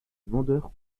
vendeur